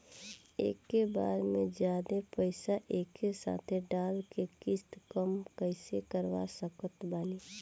एके बार मे जादे पईसा एके साथे डाल के किश्त कम कैसे करवा सकत बानी?